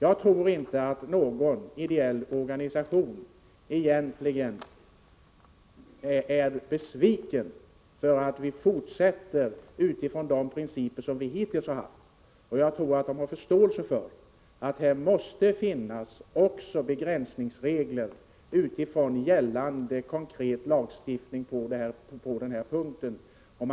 Jag tror inte att någon ideell organisation egentligen är besviken över att vi fortsätter i enlighet med de principer som vi hittills har haft. Man har nog förståelse för att det också måste finnas begränsningsregler i den gällande konkreta lagstiftningen på denna punkt.